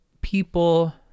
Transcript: people